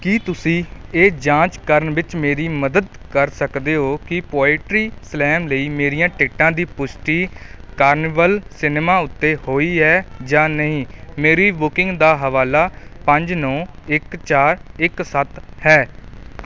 ਕੀ ਤੁਸੀਂ ਇਹ ਜਾਂਚ ਕਰਨ ਵਿੱਚ ਮੇਰੀ ਮਦਦ ਕਰ ਸਕਦੇ ਹੋ ਕਿ ਪੋਇਟਰੀ ਸਲੈਮ ਲਈ ਮੇਰੀਆਂ ਟਿਕਟਾਂ ਦੀ ਪੁਸ਼ਟੀ ਕਾਰਨੀਵਲ ਸਿਨੇਮਾ ਉੱਤੇ ਹੋਈ ਹੈ ਜਾਂ ਨਹੀਂ ਮੇਰੀ ਬੁਕਿੰਗ ਦਾ ਹਵਾਲਾ ਪੰਜ ਨੌ ਇੱਕ ਚਾਰ ਇੱਕ ਸੱਤ ਹੈ